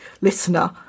listener